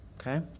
okay